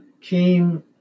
came